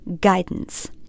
Guidance